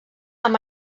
amb